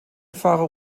fahrer